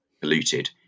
polluted